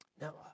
Now